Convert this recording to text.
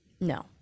no